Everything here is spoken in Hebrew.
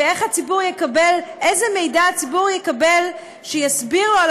ואיך הציבור יקבל איזה מידע הציבור יקבל שיסביר לו את